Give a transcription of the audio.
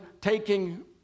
taking